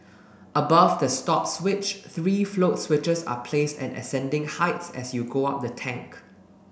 above the stop switch three float switches are placed at ascending heights as you go up the tank